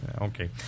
okay